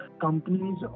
companies